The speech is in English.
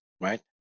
right